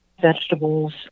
vegetables